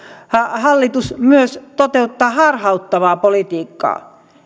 hallitus myös toteuttaa harhauttavaa politiikkaa